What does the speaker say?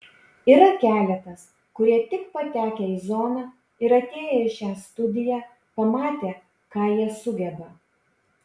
yra keletas kurie tik patekę į zoną ir atėję į šią studiją pamatė ką jie sugeba